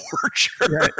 torture